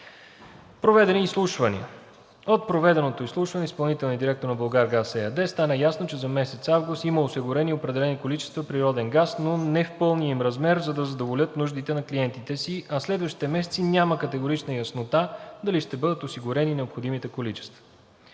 Проведени изслушвания: От проведеното изслушване с изпълнителния директор на „Булгаргаз“ ЕАД стана ясно, че за месец август има осигурени определени количества природен газ, но не в пълния им размер, за да задоволят нуждите на клиентите си, а следващите месеци няма категорична яснота дали ще бъдат осигурени необходимите количества.